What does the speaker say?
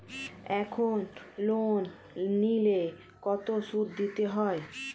এখন লোন নিলে কত সুদ দিতে হয়?